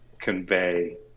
convey